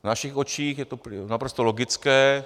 V našich očích je to naprosto logické.